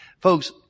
Folks